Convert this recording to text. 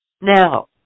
Now